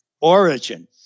origin